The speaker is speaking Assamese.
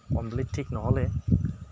কমপ্লিট ঠিক নহ'লে